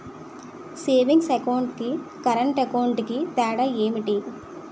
Savings account కి current account కి తేడా ఏమిటి?